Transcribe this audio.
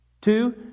Two